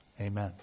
Amen